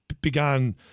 began